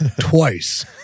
twice